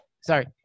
sorry